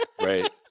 right